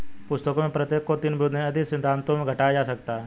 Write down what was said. पुस्तकों में से प्रत्येक को तीन बुनियादी सिद्धांतों में घटाया जा सकता है